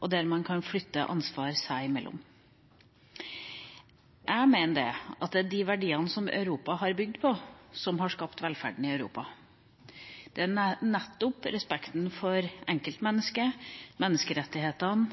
og der man kan flytte ansvar seg imellom. Jeg mener det er de verdiene Europa er bygd på som har skapt velferden i Europa. Det er nettopp respekten for enkeltmennesket, menneskerettighetene